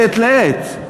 מעת לעת,